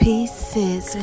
Pieces